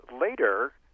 later